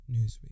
Newsweek